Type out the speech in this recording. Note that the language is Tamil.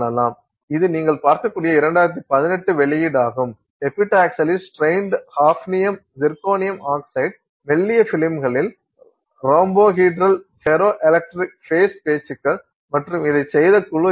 இது நீங்கள் பார்க்கக்கூடிய 2018 வெளியீடாகும் epitaxially strained hafnium zirconium oxide மெல்லிய பிலிம்களில் ரோம்போஹெட்ரல் ஃபெரோ எலக்ட்ரிக் ஃபேஸ் பேச்சுக்கள் மற்றும் இதைச் செய்த குழு இது